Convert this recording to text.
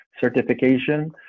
certification